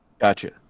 Gotcha